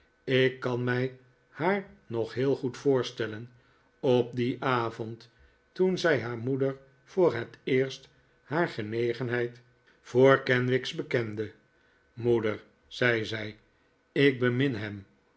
ik kan mij haar nog heel goed voorstellen op dien avond toen zij haar moeder voor het eerst haar genegenheid voor kenwigs bekende moeder zei zij ik bemin hem